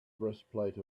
breastplate